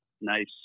nice